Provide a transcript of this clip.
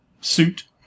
suit